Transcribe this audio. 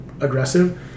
aggressive